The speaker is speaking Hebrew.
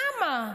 למה?